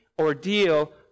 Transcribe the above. ordeal